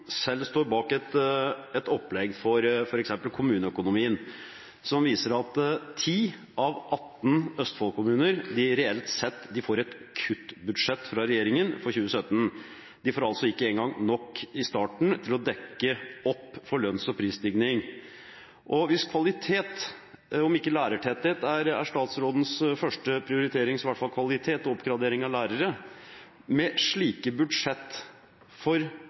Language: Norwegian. kommuneøkonomien som viser at 10 av 18 Østfold-kommuner reelt sett får et kuttbudsjett fra regjeringen for 2017. De får altså ikke engang nok i starten til å dekke opp for lønns- og prisstigning. Om ikke lærertetthet er statsrådens første prioritering, så er i hvert fall kvalitet og oppgradering av lærere det. Med slike budsjett for